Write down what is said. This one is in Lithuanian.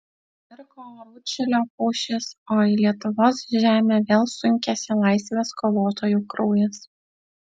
pravirko rūdšilio pušys o į lietuvos žemę vėl sunkėsi laisvės kovotojų kraujas